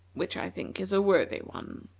which i think is a worthy one.